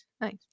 Nice